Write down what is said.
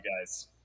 guys